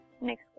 next